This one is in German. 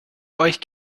euch